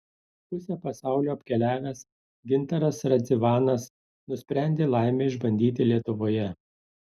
pusę pasaulio apkeliavęs gintaras radzivanas nusprendė laimę išbandyti lietuvoje